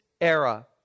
era